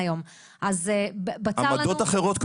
אז בצר לנו --- עמדות אחרות,